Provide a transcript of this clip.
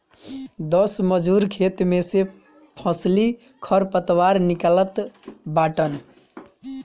दस मजूर खेते में से फसली खरपतवार निकालत बाटन